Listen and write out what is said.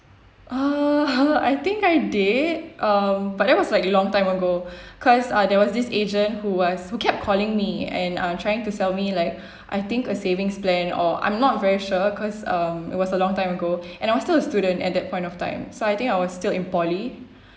uh I think I did um but it was like a long time ago cause uh there was this agent who was who kept calling me and uh trying to sell me like I think a savings plan or I'm not very sure cause um it was a long time ago and I was still a student at that point of time so I think I was still in poly